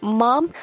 mom